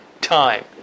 time